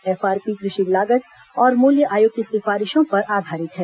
FRP कृषि लागत और मूल्य आयोग की सिफारिशों पर आधारित है